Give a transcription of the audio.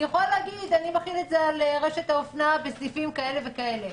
הוא יכול להגיד: אני מחיל את זה על רשת האופנה בסניפים כאלה וכאלה.